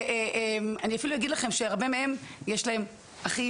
אני אפילו אגיד לכם שלהרבה מהם יש אחים,